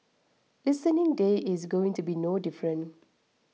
listening day is going to be no different